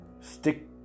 Stick